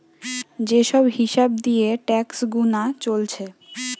যে সব হিসাব দিয়ে ট্যাক্স গুনা চলছে